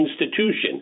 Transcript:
institution